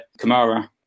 Kamara